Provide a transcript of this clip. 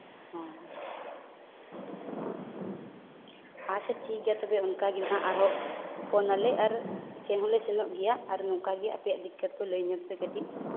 ᱦᱚᱸ ᱟᱪᱪᱷᱟ ᱴᱷᱤᱠᱜᱮᱭᱟ ᱛᱚᱵᱮ ᱚᱱᱠᱟᱜᱮ ᱱᱟᱜ ᱟᱨᱚ ᱯᱷᱳᱱᱟᱞᱮ ᱟᱨ ᱥᱮᱱ ᱦᱚᱸᱞᱮ ᱥᱮᱱᱚᱜ ᱜᱮᱭᱟ ᱟᱨ ᱱᱚᱝᱠᱟᱜᱮ ᱟᱯᱮᱭᱟᱜ ᱫᱤᱠᱠᱟᱛ ᱠᱚ ᱞᱟᱹᱭ ᱧᱚᱜᱽ ᱯᱮ ᱠᱟᱹᱴᱤᱡ